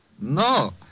No